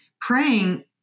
Praying